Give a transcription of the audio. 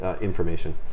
information